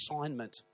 assignment